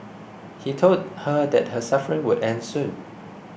he told her that her suffering would end soon